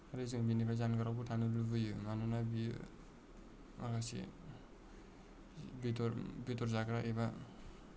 आरो जों बेनिफ्राय जानगारावबो थानो लुबैयो मानोना बियो माखासे बेदर बेदर जाग्रा एबा